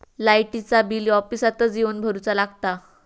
लाईटाचा बिल ऑफिसातच येवन भरुचा लागता?